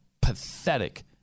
pathetic